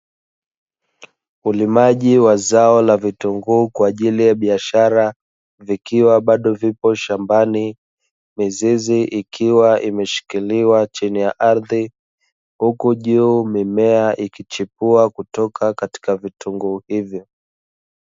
Ulimaji wa zao la vitunguu kwa ajili ya biashara, vikiwa bado vipo shambani, mizizi ikiwa imeshikiliwa chini ya ardhi, huku juu mimea ikichepua kutoka katika vitunguu hivyo.